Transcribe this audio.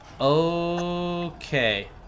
Okay